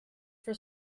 for